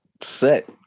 set